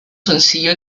sencillo